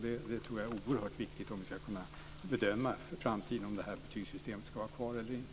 Det är oerhört viktigt om vi för framtiden ska kunna bedöma om det här betygssystemet ska vara kvar eller inte.